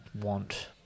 want